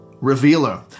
revealer